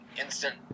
instant